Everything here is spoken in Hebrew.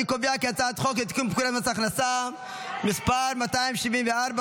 אני קובע כי הצעת חוק לתיקון פקודת מס הכנסה (מס' 274),